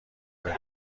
برین